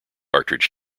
cartridge